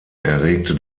erregte